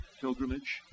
pilgrimage